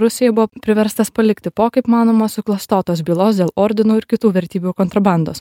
rusiją buvo priverstas palikti po kaip manoma suklastotos bylos dėl ordinų ir kitų vertybių kontrabandos